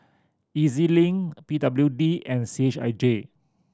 E Z Link P W D and C H I J